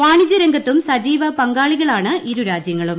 വാണിജൃ രംഗത്തും സജീവ പങ്കാളികളാണ് ഇരുരാജ്യങ്ങളും